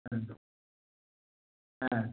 ம் ஆ